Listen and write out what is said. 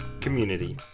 community